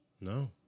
No